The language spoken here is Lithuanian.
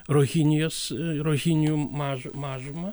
rohinjos rohinjų maž mažumą